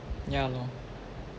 ya lor